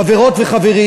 חברות וחברים,